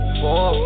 four